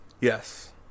Yes